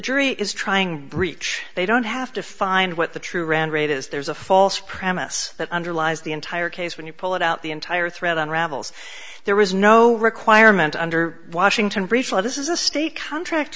jury is trying breech they don't have to find what the true round rate is there's a false premise that underlies the entire case when you pull it out the entire thread unravels there was no requirement under washington this is a state contract